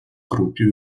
группе